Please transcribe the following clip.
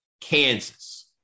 Kansas